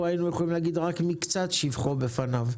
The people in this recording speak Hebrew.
היינו יכולים להגיד רק מקצת שבחו בפניו.